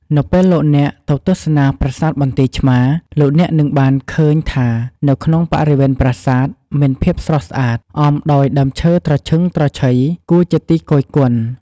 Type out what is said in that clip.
នៅពេលលោកអ្នកទៅទស្សនាប្រាសាទបន្ទាយឆ្មារ លោកអ្នកនឹងបានឃើញថានៅក្នុងបរិវេណប្រាសាទ មានភាពស្រស់ស្អាត អមដោយដើមឈើត្រឈឹងត្រឈៃ គួរជាទីគយគន់។